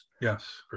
Yes